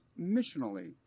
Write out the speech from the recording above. missionally